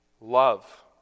Love